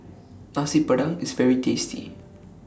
Nasi Padang IS very tasty